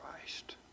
Christ